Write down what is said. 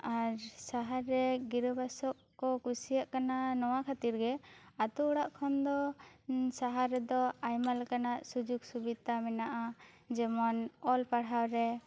ᱟᱨ ᱥᱟᱦᱟᱨ ᱨᱮ ᱜᱤᱨᱟ ᱵᱟᱥᱟᱜ ᱠᱚ ᱠᱩᱥᱤᱭᱟᱜ ᱠᱟᱱᱟ ᱱᱚᱣᱟ ᱠᱷᱟᱹᱛᱤᱨ ᱜᱮ ᱟᱛᱳ ᱚᱲᱟᱜ ᱠᱷᱚᱱ ᱫᱚ ᱥᱟᱦᱟᱨ ᱨᱮ ᱫᱚ ᱟᱭᱢᱟ ᱞᱮᱠᱟᱱᱟᱜ ᱥᱩᱡᱩᱜ ᱥᱩᱵᱤᱫᱷᱟ ᱢᱮᱱᱟᱜᱼᱟ ᱡᱮᱢᱚᱱ ᱚᱞ ᱯᱟᱲᱦᱟᱣ ᱨᱮ